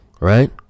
right